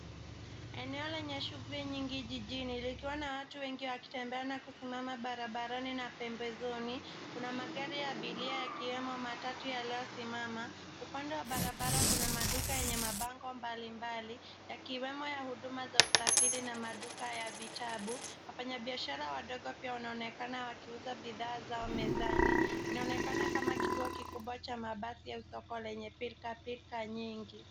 Eneo lenye shughuli nyingi jijini likiwa na watu wengi wakitembea na kusimama barabarani na pembezoni. Kuna magari ya abiria yakiwemo matatu yaliyosimama. Upande wa barabara kuna maduka yenye mabango mbalimbali yakiwemo ya huduma za usafiri na maduka ya vitabu. Wafanya biashara wadogo pia wanaonekana wakiuza bidhaa zao mezani. Inaonekana kama kituo kikubwa cha mabasi ya soko lenye pilka pilka nyingi.